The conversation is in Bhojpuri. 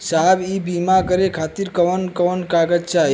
साहब इ बीमा करें खातिर कवन कवन कागज चाही?